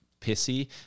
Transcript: pissy